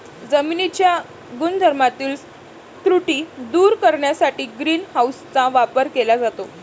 जमिनीच्या गुणधर्मातील त्रुटी दूर करण्यासाठी ग्रीन हाऊसचा वापर केला जातो